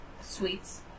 Sweets